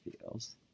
feels